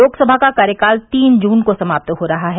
लोकसभा का कार्यकाल तीन जुन को समाप्त हो रहा है